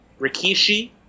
Rikishi